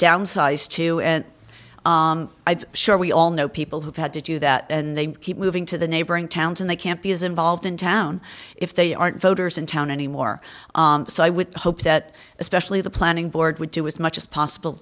downsize to and i've sure we all know people who've had to do that and they keep moving to the neighboring towns and they can't be as involved in town if they aren't voters in town anymore so i would hope that especially the planning board would do as much as possible